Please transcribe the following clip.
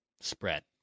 spread